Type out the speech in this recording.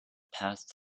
passed